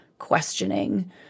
Questioning